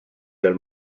del